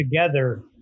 together